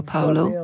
Paulo